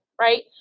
right